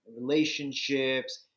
relationships